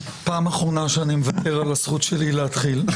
פעם אחרונה שאני מוותר על הזכות שלי להתחיל.